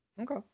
Okay